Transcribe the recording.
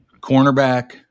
cornerback